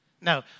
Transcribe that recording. No